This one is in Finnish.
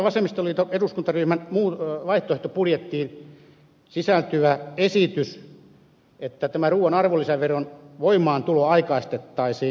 tämän johdosta vasemmistoliiton eduskuntaryhmän vaihtoehtobudjettiin sisältyy esitys että tämä ruuan arvonlisäveron voimaantulo aikaistettaisiin